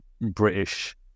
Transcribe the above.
british